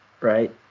right